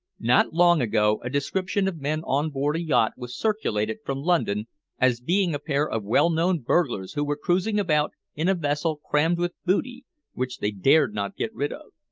not long ago a description of men on board a yacht was circulated from london as being a pair of well-known burglars who were cruising about in a vessel crammed with booty which they dared not get rid of.